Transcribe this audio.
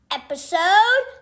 episode